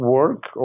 work